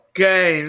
Okay